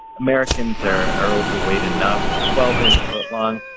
americans are are overweight. enough twelve inch footlong.